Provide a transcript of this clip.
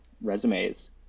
resumes